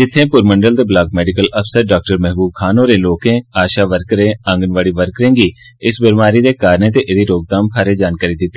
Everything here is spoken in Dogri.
जित्थें पुरमंडल दे ब्लाक मैडिकल अफसर डाक्टर महबूब खान होरें लोकें आशा वकर्रें ते आंगनवाड़ी वर्करें गी इस बमारी दे कारणें ते एहदी रोकथाम बारै जानकारी दित्ती